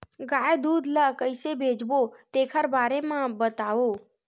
गाय दूध ल कइसे बेचबो तेखर बारे में बताओ?